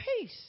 peace